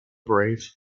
brave